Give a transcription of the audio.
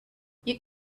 you